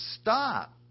stop